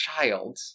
child